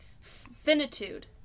finitude